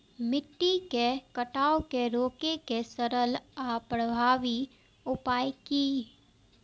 मिट्टी के कटाव के रोके के सरल आर प्रभावी उपाय की?